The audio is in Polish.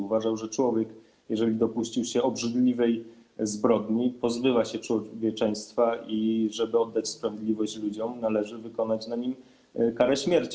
Uważał, że jeżeli człowiek dopuścił się obrzydliwej zbrodni, pozbywa się człowieczeństwa i żeby oddać sprawiedliwość ludziom, należy wykonać na nim karę śmierci.